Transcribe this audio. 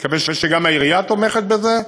אני מקווה שגם העירייה תומכת בזה,